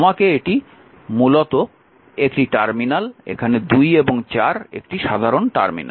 সুতরাং এটি মূলত একটি টার্মিনাল কারণ এখানে 2 এবং 4 একটি সাধারণ টার্মিনাল